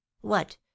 What